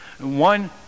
One